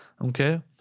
Okay